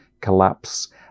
collapse